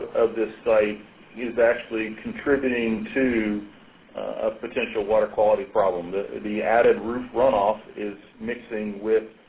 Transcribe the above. of this site is actually and contributing to a potential water quality problem. the the added roof runoff is mixing with